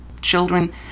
children